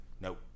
Nope